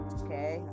okay